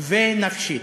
והן רווחה נפשית.